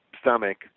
stomach